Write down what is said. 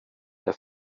der